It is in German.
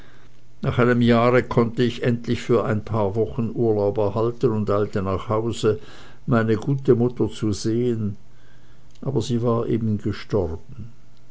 nach einem jahre konnte ich endlich für ein paar wochen urlaub erhalten und eilte nach hause meine gute mutter zu sehen aber sie war eben gestorben